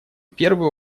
первый